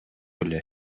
эле